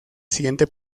siguiente